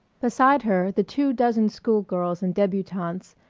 beside her the two dozen schoolgirls and debutantes,